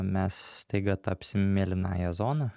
mes staiga tapsim mėlynąja zona